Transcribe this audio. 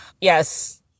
Yes